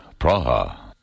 Praha